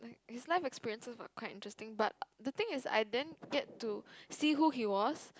his life experiences were quite interesting but the thing is I didn't get to see who he was